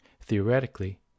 Theoretically